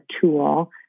tool